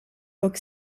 book